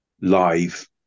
live